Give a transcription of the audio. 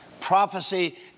prophecy